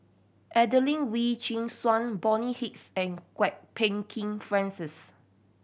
Adelene Wee Chin Suan Bonny Hicks and Kwok Peng Kin Francis